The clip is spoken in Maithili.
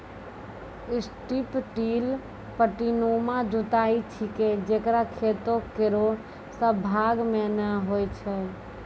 स्ट्रिप टिल पट्टीनुमा जुताई छिकै जे खेतो केरो सब भाग म नै होय छै